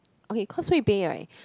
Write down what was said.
okay Causeway Bay [right]